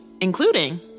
including